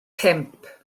pump